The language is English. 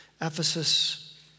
Ephesus